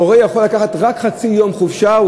הורה יכול לקחת רק חצי יום חופשה,